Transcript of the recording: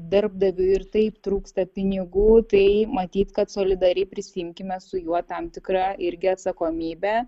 darbdaviui ir taip trūksta pinigų tai matyt kad solidariai prisiimkime su juo tam tikrą irgi atsakomybę